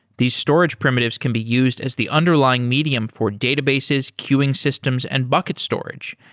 these storage primitives can be used as the underlying medium for databases, queuing systems and bucket storage.